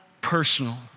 personal